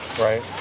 Right